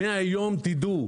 מהיום תדעו,